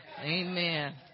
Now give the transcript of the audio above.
Amen